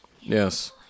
yes